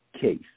case